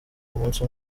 umunsi